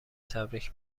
تبریک